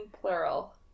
plural